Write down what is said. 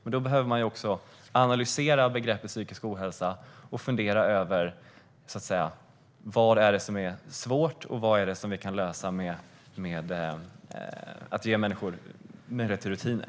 Men då behöver man också analysera begreppet psykisk ohälsa och fundera över vad som är svårt och vad vi kan lösa med att ge människor möjligheter till rutiner.